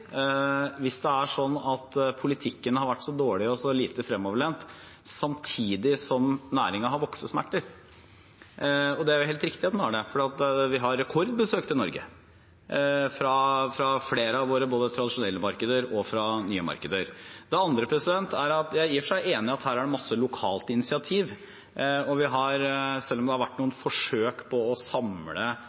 hvis det er sånn at politikken har vært så dårlig og så lite fremoverlent, samtidig som næringen har voksesmerter. Det er helt riktig at den har det, for vi har rekordbesøk til Norge både fra flere tradisjonelle markeder og fra nye markeder. Det andre er at jeg i og for seg er enig i at det er masse lokalt initiativ. Selv om det har vært noen forsøk på å samle